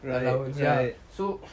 right right